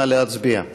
נא להצביע.